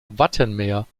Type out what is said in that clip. wattenmeer